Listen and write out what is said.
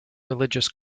religious